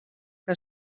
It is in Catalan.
que